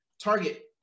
target